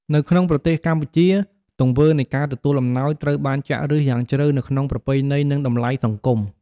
នៅក្នុងប្រទេសកម្ពុជា ទង្វើនៃការទទួលអំណោយត្រូវបានចាក់ឫសយ៉ាងជ្រៅនៅក្នុងប្រពៃណី និងតម្លៃសង្គម។